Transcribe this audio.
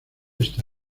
está